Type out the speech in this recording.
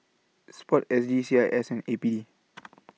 Sport S G C I S and A P D